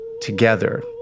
together